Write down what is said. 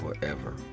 Forever